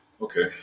Okay